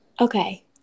Okay